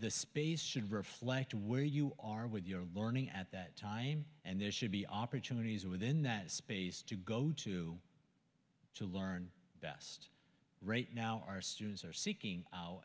the space should reflect where you are with your learning at that time and there should be opportunities within that space to to go to learn best right now our students are seeking